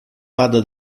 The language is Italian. vada